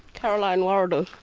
carolyn waradoo.